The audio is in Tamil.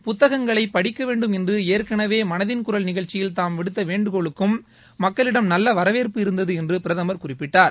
புத்தகங்களை படிக்கவேண்டும் என்று ஏற்களவே மனதின் குரல் நிகழ்ச்சியல் தாம் விடுத்த வேண்டுகோளுக்கும் மக்களிடம் நல்ல வரவேற்வு இருந்தது என்று பிரதமர் குறிப்பிட்டார்